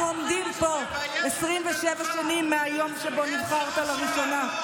אנחנו עומדים פה 27 שנים מהיום שבו נבחרת לראשונה.